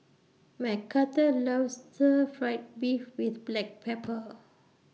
Mcarthur loves Stir Fried Beef with Black Pepper